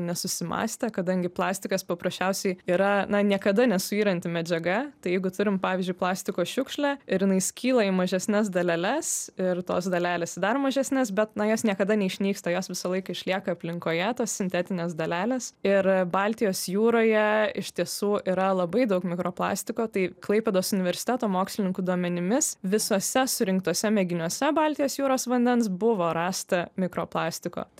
nesusimąstė kadangi plastikas paprasčiausiai yra na niekada nesuyranti medžiaga tai jeigu turim pavyzdžiui plastiko šiukšlę ir jinai skyla į mažesnes daleles ir tos dalelės į dar mažesnes bet na jos niekada neišnyksta jos visą laiką išlieka aplinkoje tos sintetinės dalelės ir baltijos jūroje iš tiesų yra labai daug mikroplastiko tai klaipėdos universiteto mokslininkų duomenimis visuose surinktuose mėginiuose baltijos jūros vandens buvo rasta mikroplastiko